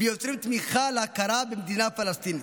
ויוצרים תמיכה להכרה במדינה פלסטינית.